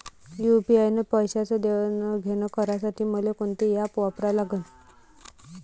UPI न पैशाचं देणंघेणं करासाठी मले कोनते ॲप वापरा लागन?